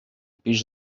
pis